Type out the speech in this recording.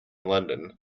london